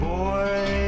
boy